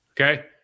okay